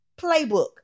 playbook